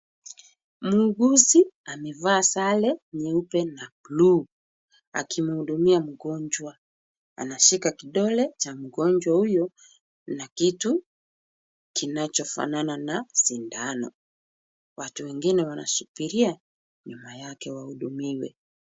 Muuguzi amevaa sare nyeupe na blue akimhudumia mgonjwa. Anashika kidole cha mgonjwa huyu na kitu kinachofanana na sindano. Watu wengine wanasubiria nyuma yake wahudumiwe.